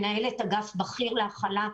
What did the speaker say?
מנהלת אגף בכיר להכלה,